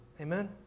Amen